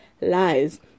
Lies